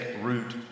root